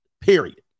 Period